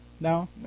No